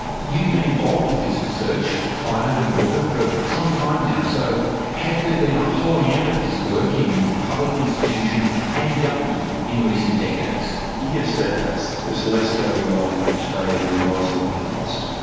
you've been involved with this research, climate and water, for some time now, so has there been a hollowing out of this work in public institutions and government in recent decades? yes, there has, there is less going on today than there was in the past,